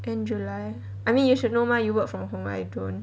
in july I mean you should know mah you work from home I don't